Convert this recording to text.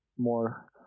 more